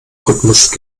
rhythmus